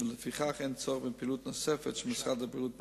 ולפיכך אין צורך בפעילות נוספת של משרד הבריאות בנושא.